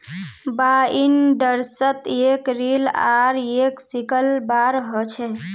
बाइंडर्सत एक रील आर एक सिकल बार ह छे